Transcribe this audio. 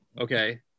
Okay